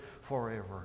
forever